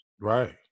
Right